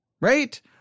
right